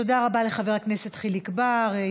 תודה רבה לחבר הכנסת חיליק בר,